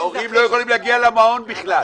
ההורים לא יכולים להגיע למעון בכלל.